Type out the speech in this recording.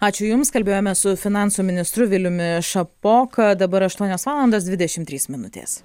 ačiū jums kalbėjome su finansų ministru viliumi šapoka dabar aštuonios valandos dvidešim trys minutės